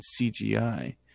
CGI